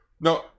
no